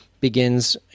Begins